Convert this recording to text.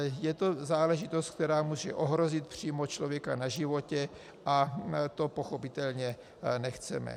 Je to záležitost, která může ohrozit přímo člověka na životě, a to pochopitelně nechceme.